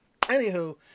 anywho